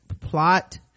plot